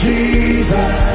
Jesus